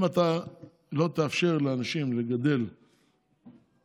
אם אתה לא תאפשר לאנשים לגדל פרות